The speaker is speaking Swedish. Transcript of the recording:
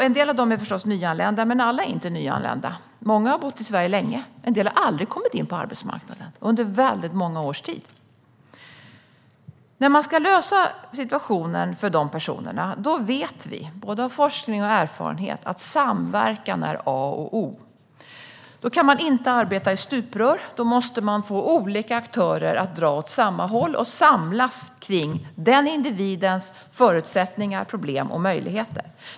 En del av dem är förstås nyanlända, men alla är inte nyanlända. Många har bott i Sverige länge. En del har aldrig kommit in på arbetsmarknaden - så har det varit under väldigt många års tid. Vi vet, av både forskning och erfarenhet, att samverkan är A och O när man ska lösa situationen för de personerna. Då kan man inte arbeta i stuprör. Då måste man få olika aktörer att dra åt samma håll och samlas kring individens förutsättningar, problem och möjligheter.